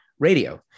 Radio